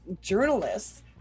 journalists